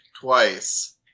twice